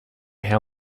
how